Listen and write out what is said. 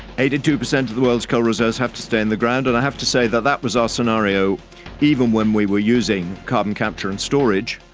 eighty two percent of the world's coal reserves have to stay in the ground, and i have to say that that was our scenario even when we were using carbon capture and storage.